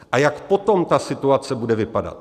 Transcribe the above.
A jak potom ta situace bude vypadat?